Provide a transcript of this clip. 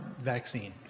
vaccine